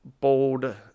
bold